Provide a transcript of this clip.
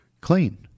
clean